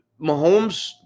Mahomes